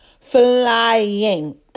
flying